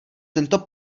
tento